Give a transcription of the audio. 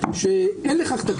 כפי שהפניתי את ד"ר